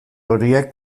horiek